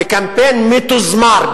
בקמפיין מתוזמר,